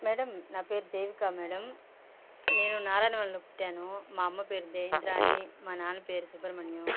madam నా పేరు Devika madam నేను నారాయణ వనంలో పుట్టాను మా అమ్మ పేరు ఇంద్రాణి మా నాన్న పేరు సుబ్రహ్మణ్యం